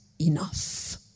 enough